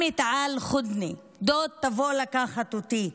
(אומרת בערבית ומתרגמת:) דוד, תבוא לקחת אותי.